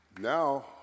Now